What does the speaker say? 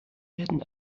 werden